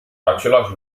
același